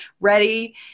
Ready